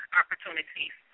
opportunities